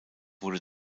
wurde